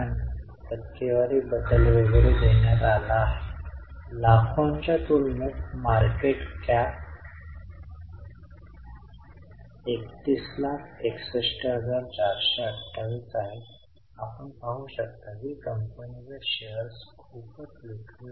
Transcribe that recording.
हे प्लस आणि वजा वगैरे कॅश फ्लो मध्ये लिहिले जाऊ शकत नाहीत परंतु ते आपल्याला कॅश फ्लो तयार करण्यात मदत करेल